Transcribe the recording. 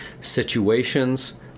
situations